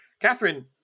Catherine